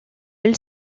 elle